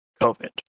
COVID